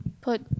put